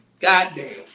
Goddamn